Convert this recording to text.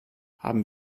haben